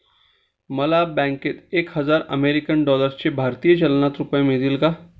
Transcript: मला बँकेत एक हजार अमेरीकन डॉलर्सचे भारतीय चलनात रुपये मिळतील का?